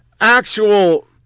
Actual